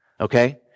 Okay